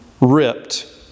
ripped